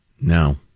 No